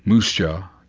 musha,